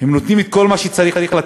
הם נותנים את כל מה שצריך לתת,